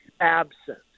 absent